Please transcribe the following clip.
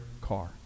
car